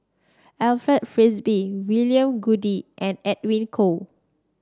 Alfred Frisby William Goode and Edwin Koek